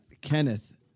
Kenneth